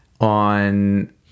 on